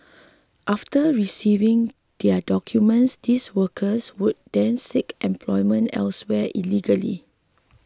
after receiving their documents these workers would then seek employment elsewhere illegally